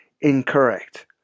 incorrect